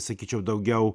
sakyčiau daugiau